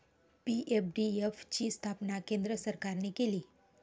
PFDF ची स्थापना केंद्र सरकारने केली